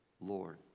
Lord